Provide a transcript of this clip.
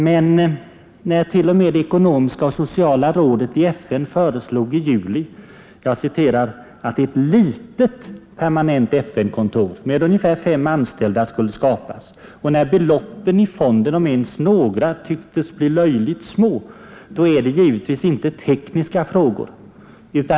Men när t.o.m. ekonomiska och sociala rådet i juli föreslog att ett ”litet” permanent FN-kontor med ungefär fem anställda skulle skapas och när beloppen i fonden — om ens några — tycktes bli löjligt små, då är det givetvis inte tekniska frågor.